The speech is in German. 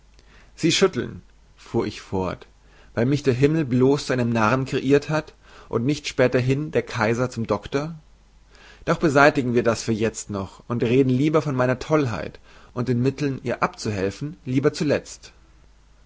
sie schütteln fuhr ich fort weil mich der himmel blos zu einem narren kreirt hat und nicht späterhin der kaiser zum doktor doch beseitigen wir das für jezt noch und reden von meiner tollheit und den mitteln ihr abzuhelfen lieber zulezt